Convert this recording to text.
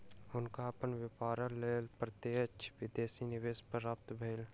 हुनका अपन व्यापारक लेल प्रत्यक्ष विदेशी निवेश प्राप्त भेल